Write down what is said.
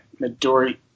Midori